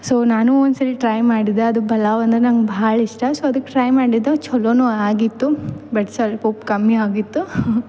so ನಾನು ಒಂದು ಸರಿ ಟ್ರೈ ಮಾಡಿದೆ ಅದು ಪಲಾವ್ ಅಂದ್ರೆ ನಂಗೆ ಭಾಳ್ ಇಷ್ಟ ಸೊ ಅದಕ್ಕೆ ಟ್ರೈ ಮಾಡಿದೆ ಚಲೋ ಆಗಿತ್ತು ಬಟ್ ಸ್ವಲ್ಪ್ ಉಪ್ಪು ಕಮ್ಮಿ ಆಗಿತ್ತು